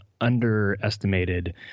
underestimated